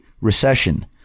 recession